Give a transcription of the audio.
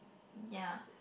ya